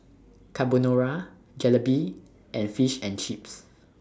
Carbonara Jalebi and Fish and Chips